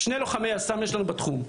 שני לוחמי יס"מ יש לנו בתחום,